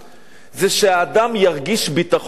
זה שהאדם ירגיש ביטחון אישי.